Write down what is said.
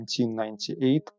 1998